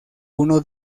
uno